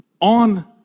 on